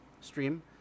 stream